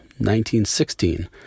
1916